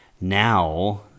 now